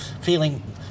feeling